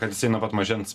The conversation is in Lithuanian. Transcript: kad jisai nuo pat mažens